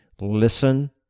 Listen